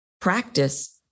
Practice